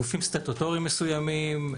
גופים סטטוטוריים מסוימים.